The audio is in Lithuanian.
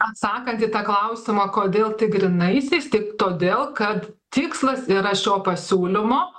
atsakant į tą klausimą kodėl tik grynaisiais tik todėl kad tikslas yra šio pasiūlymo